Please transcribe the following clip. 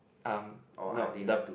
um no the